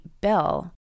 Bell